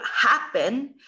happen